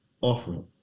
offering